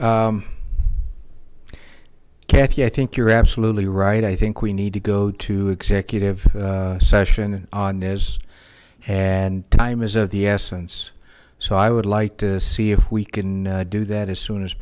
kathy i think you're absolutely right i think we need to go to executive session on is and time is of the essence so i would like to see if we can do that as soon as